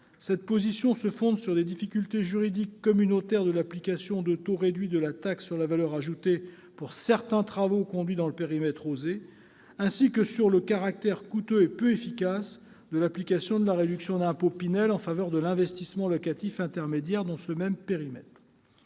Cette position se fonde sur les difficultés juridiques communautaires de l'application de taux réduits de taxe sur la valeur ajoutée pour certains travaux conduits dans le périmètre « OSER », ainsi que sur le caractère coûteux et peu efficace de l'application de la réduction d'impôt « Pinel » en faveur de l'investissement locatif intermédiaire dans ce même périmètre.